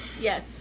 Yes